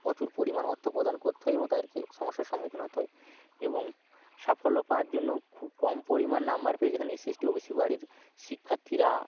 প্রচুর পরিমাণ অত্থ প্রদান করতে হয় এবং তাদেরকে সমস্যার সম্মুখীন হতে হয় এবং সাফল্য পাওয়ার জন্যও খুব কম পরিমাণ নাম্বার পেয়ে যেখানে এসসি এসটি ওবিসি বাড়ির শিক্ষার্থীরা